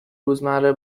روزمره